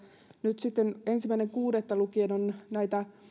nyt sitten ensimmäinen kuudetta lukien on näitä